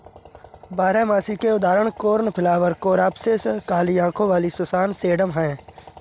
बारहमासी के उदाहरण कोर्नफ्लॉवर, कोरॉप्सिस, काली आंखों वाली सुसान, सेडम हैं